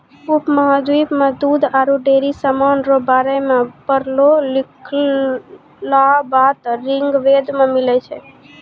उपमहाद्वीप मे दूध आरु डेयरी समान रो बारे मे पढ़लो लिखलहा बात ऋग्वेद मे मिलै छै